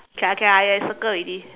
K ah K ah I circle already